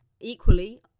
Equally